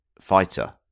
fighter